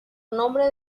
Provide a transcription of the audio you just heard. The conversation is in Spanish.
nombre